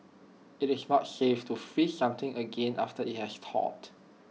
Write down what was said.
IT is not safe to freeze something again after IT has thawed